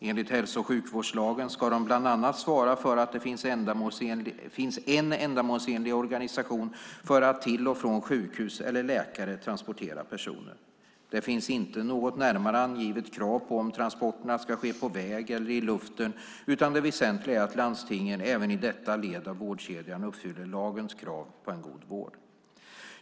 Enligt hälso och sjukvårdslagen ska de bland annat svara för att det finns en ändamålsenlig organisation för att till och från sjukhus eller läkare transportera personer. Det finns inte något närmare angivet krav på om transporterna ska ske på väg eller i luften utan det väsentliga är att landstingen även i detta led av vårdkedjan uppfyller lagens krav på en god vård.